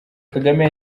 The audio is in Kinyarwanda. kagame